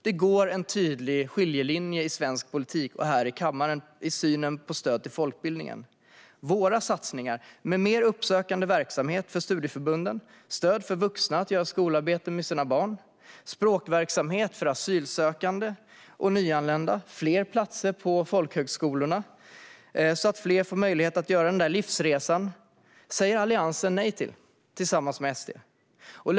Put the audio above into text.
Det går en tydlig skiljelinje i svensk politik och här i kammaren i synen på stöd till folkbildningen. Våra satsningar, med mer uppsökande verksamhet för studieförbunden, stöd för vuxna att göra skolarbete med sina barn, språkverksamhet för asylsökande och nyanlända och fler platser på folkhögskolorna så att fler får möjlighet att göra den där livsresan, säger Alliansen tillsammans med SD nej till.